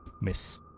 Miss